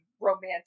romantic